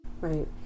Right